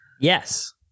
Yes